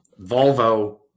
Volvo